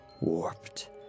warped